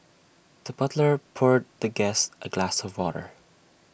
the butler poured the guest A glass of water